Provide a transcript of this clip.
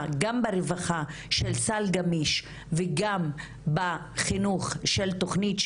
גם ברווחה של סל גמיש וגם בחינוך של תוכנית,